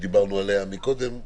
שדיברנו עליה מקודם,